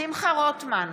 שמחה רוטמן,